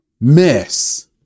miss